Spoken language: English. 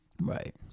Right